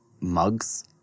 mugs